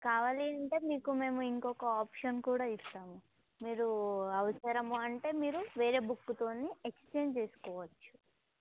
కావాలి అంటే మీకు మేము ఇంకొక ఆప్షన్ కూడా ఇస్తాము మీరు అవసరము అంటే మీరు వేరే బుక్కుతోని ఎక్స్చేంజ్ చేసుకోవచ్చు